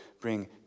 bring